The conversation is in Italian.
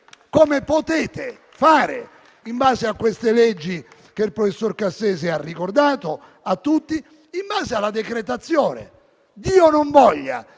come potete fare, in base a queste leggi, che il professor Cassese ha ricordato a tutti, in base alla decretazione?